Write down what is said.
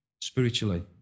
spiritually